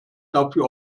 dafür